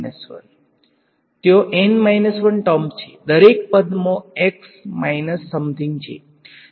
N 1 ત્યાં N 1 terms છે દરેક પદમાં x માઈંસ સમ્થીંગ છે